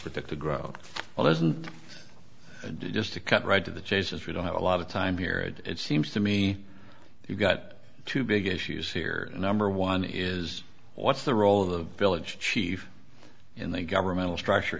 protect to grow well isn't just to cut right to the chase as we don't have a lot of time here it seems to me you've got two big issues here number one is what's the role of the village chief in the governmental structure